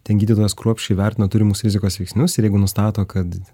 ten gydytojas kruopščiai vertina turimus rizikos veiksnius ir jeigu nustato kad